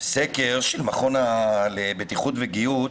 סקר של המכון לבטיחות וגהות,